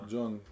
John